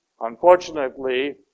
Unfortunately